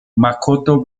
makoto